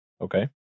Okay